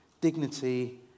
dignity